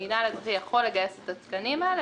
המינהל האזרחי יכול לגייס את התקנים האלה,